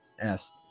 asked